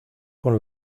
con